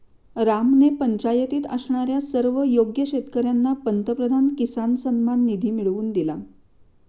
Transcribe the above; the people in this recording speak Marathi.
रामने पंचायतीत असणाऱ्या सर्व योग्य शेतकर्यांना पंतप्रधान किसान सन्मान निधी मिळवून दिला